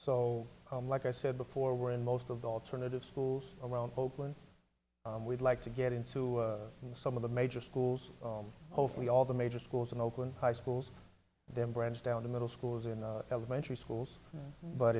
so like i said before we're in most of the alternative schools around open we'd like to get into some of the major schools hopefully all the major schools in oakland high schools then branch down the middle schools in the elementary schools but